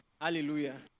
Hallelujah